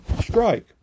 strike